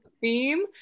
theme